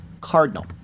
cardinal